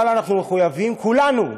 אבל אנחנו מחויבים, כולנו,